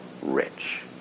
rich